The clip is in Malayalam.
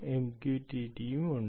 MQTT യും ഉണ്ട്